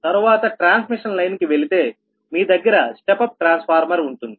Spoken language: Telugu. తరువాత ట్రాన్స్మిషన్ లైన్ కి వెళితే మీ దగ్గర స్టెప్ అప్ ట్రాన్స్ఫార్మర్ ఉంటుంది